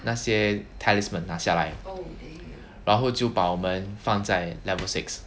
那些 talisman 拿下来然后就把我们放在 level six